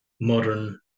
modern